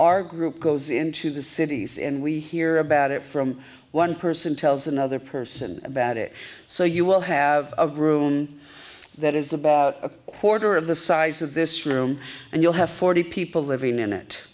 our group goes into the cities and we hear about it from one person tells another person about it so you will have a room that is about a quarter of the size of this room and you'll have forty people living in it